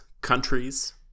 countries